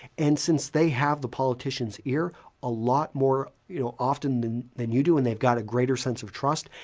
and since they have the politician's ear a lot more you know often than than you do and they've got a greater sense of trust,